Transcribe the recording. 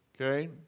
Okay